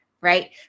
right